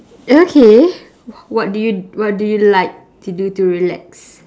okay what do you what do you like to do to relax